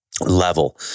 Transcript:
level